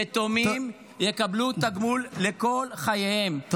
יתומים יקבלו תגמול לכל חייהם,